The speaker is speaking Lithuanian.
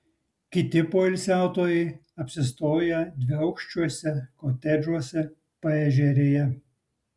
kiti poilsiautojai apsistoję dviaukščiuose kotedžuose paežerėje